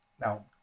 Now